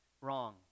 wrong